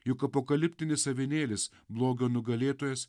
juk apokaliptinis avinėlis blogio nugalėtojas